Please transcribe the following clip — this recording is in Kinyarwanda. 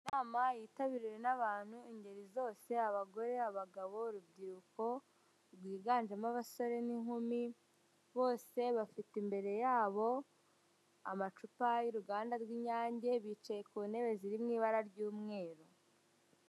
Inama yitabiriwe n'abantu ingeri zose abagore, abagabo, urubyiruko rwiganjemo abasore, n'inkumi bose bafite imbere yabo amacupa y'uruganda rw'inyange bicaye ku ntebe ziririmo ibara ry'umweru.